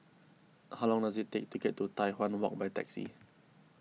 how long does it take to get to Tai Hwan Walk by taxi